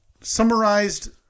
summarized